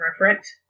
reference